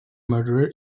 murderer